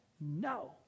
no